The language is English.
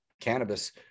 cannabis